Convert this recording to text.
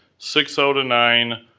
six out and nine,